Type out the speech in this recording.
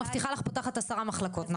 מבטיחה לך פותחת עשר מחלקות,